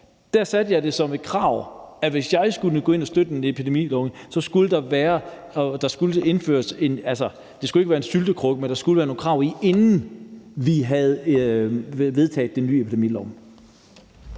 satte jeg det som et krav, at hvis jeg skulle gå ind og støtte den epidemilov, skulle det ikke være en syltekrukke, men der skulle være nogle krav, inden vi havde vedtaget den. Kl.